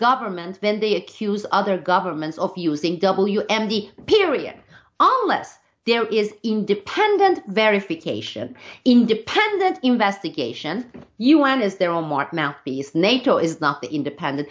government then they accuse other governments of using w m d period on less there is independent verification independent investigation un is their own mark mouthpiece nato is not the independent